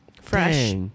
Fresh